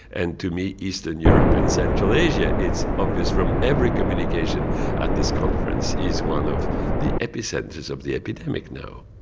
and to me, eastern europe and central asia, it's obvious from every communication at this conference, is one of the epicentres of the epidemic now.